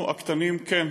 אז אנחנו הקטנים, כן,